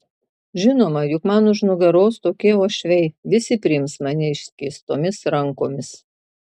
žinoma juk man už nugaros tokie uošviai visi priims mane išskėstomis rankomis